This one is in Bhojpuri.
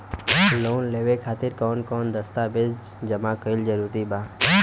लोन लेवे खातिर कवन कवन दस्तावेज जमा कइल जरूरी बा?